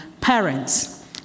parents